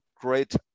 great